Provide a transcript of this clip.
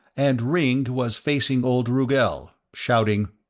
and ringg was facing old rugel, shouting,